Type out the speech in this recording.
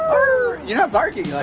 ah you're not barking. like